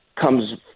comes